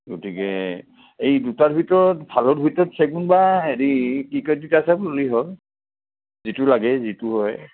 গতিকে এই দুটাৰ ভিতৰত ভালৰ ভিতৰত